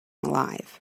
alive